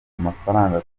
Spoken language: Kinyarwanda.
amafaranga